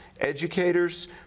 educators